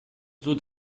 dut